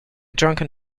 drunken